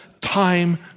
time